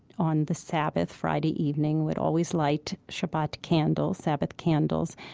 on the sabbath, friday evening, would always light shabbat candles, sabbath candles,